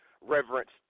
reverence